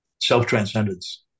Self-transcendence